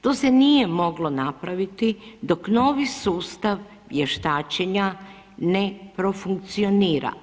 To se nije moglo napraviti dok novi sustav vještačenja ne profunkcionira.